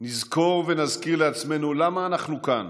נזכור ונזכיר לעצמנו למה אנחנו כאן